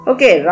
Okay